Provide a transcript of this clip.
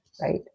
right